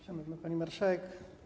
Szanowna Pani Marszałek!